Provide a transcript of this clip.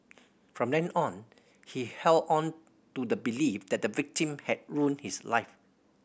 from then on he held on to the belief that the victim had ruined his life